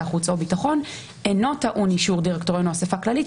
החוץ או הביטחון אינו טעון אישור דירקטוריון או אספה כללית.